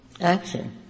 action